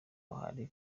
uhari